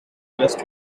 best